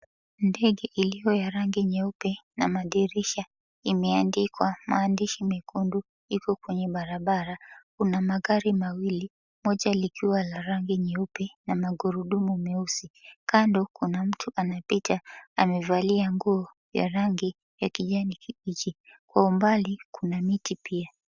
Ndege iliyo ya rangi nyeupe na madirisha, imeandikwa maandishi mekundu. Iko kwenye barabara, kuna magari mawili, moja likiwa la rangi nyeupe na magurudumu meusi. Kando kuna mtu anayepita, amevalia nguo ya rangi ya kijani kibichi. Kwa umbali, kuna miti pia.